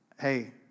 hey